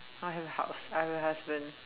I will have a house I will have a husband